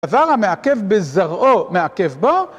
דבר המעכב בזרעו מעכב בו